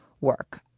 work